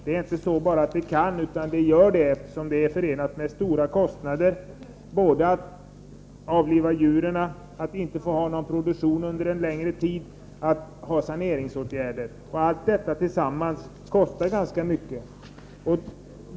Det är inte bara så att det kan uppstå problem, utan sådana uppstår också, eftersom det är förenat med stora kostnader både att avliva djuren, att inte få ha någon produktion under en längre tid och att vidta saneringsåtgärder. Allt detta tillsammans kostar ganska mycket.